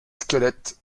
squelettes